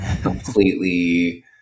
completely